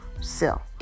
sell